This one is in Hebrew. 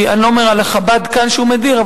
אני לא אומר על חב"ד כאן שהוא מדיר,